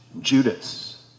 Judas